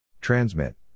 Transmit